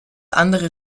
andere